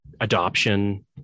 adoption